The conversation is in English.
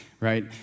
right